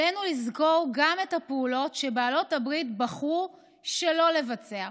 עלינו לזכור גם את הפעולות שבעלות הברית בחרו שלא לבצע.